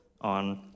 on